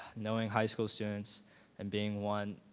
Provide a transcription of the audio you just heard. knowing high school students and being one,